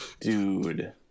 dude